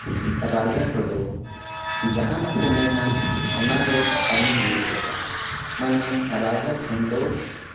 ᱨᱟᱡᱟ ᱠᱚᱫᱚ ᱡᱟᱦᱟᱱᱟᱜ ᱠᱚ ᱢᱮᱱᱟ ᱚᱱᱟᱫᱚ ᱠᱟᱹᱢᱤ ᱦᱩᱭᱩᱜ ᱜᱮᱭᱟ ᱛᱟᱦᱮᱱ ᱢᱟᱱᱮ ᱨᱟᱡᱟ ᱴᱷᱮᱱ ᱫᱚ